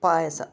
ಪಾಯಸ